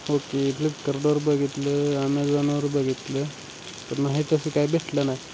okay फ्लिपकार्टवर बघितलं ॲमेझॉनवर बघितलं तर नाही तसं काय भेटलं नाही